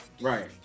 right